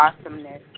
awesomeness